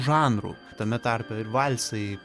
žanrų tame tarpe ir valsai